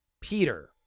Peter